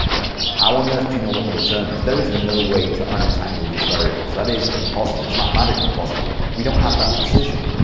how on earth do you know what the return is? there is no way to un-entangle these variables. that is impossible. it's mathematically impossible. we don't have that precision.